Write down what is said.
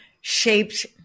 shaped